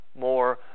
more